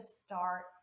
start